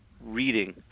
reading